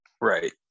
Right